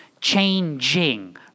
changing